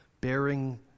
bearing